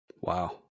Wow